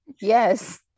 yes